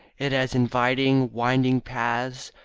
it has inviting, winding paths,